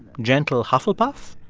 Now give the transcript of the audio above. gentle hufflepuff,